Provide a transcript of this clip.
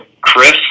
Chris